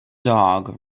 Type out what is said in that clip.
dog